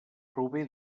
prové